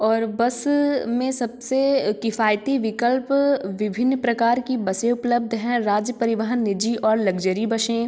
और बस में सबसे किफ़ायती विकल्प विभिन्न प्रकार की बसें उपलब्ध हैं राज्य परिवहन निजी और लग्जरी बशें